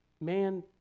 Man